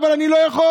אבל אני לא יכול.